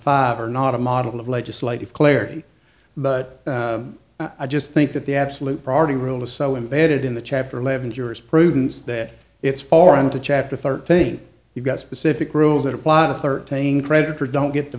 five are not a model of legislative clarity but i just think that the absolute priority rule is so imbedded in the chapter eleven jurisprudence that it's foreign to chapter thirteen you've got specific rules that apply to thirteen creditor don't get to